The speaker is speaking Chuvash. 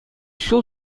ҫул